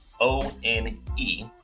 O-N-E